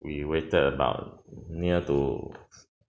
we waited about near to